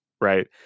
right